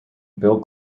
bill